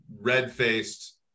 red-faced